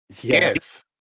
Yes